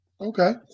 Okay